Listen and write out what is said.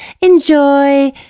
enjoy